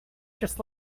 just